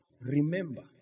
remember